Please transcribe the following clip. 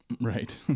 Right